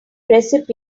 recipe